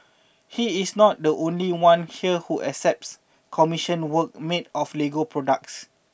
he is not the only one here who accepts commissioned work made of Lego products